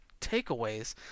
takeaways